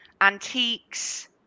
antiques